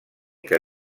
que